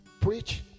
preach